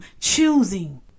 choosing